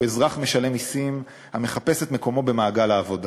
שהוא אזרח משלם מסים המחפש את מקומו במעגל העבודה,